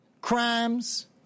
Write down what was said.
crimes